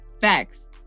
Facts